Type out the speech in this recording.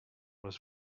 was